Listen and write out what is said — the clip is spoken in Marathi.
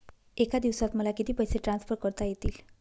एका दिवसात मला किती पैसे ट्रान्सफर करता येतील?